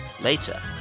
Later